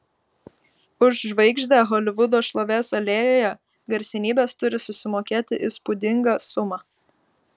už žvaigždę holivudo šlovės alėjoje garsenybės turi susimokėti įspūdingą sumą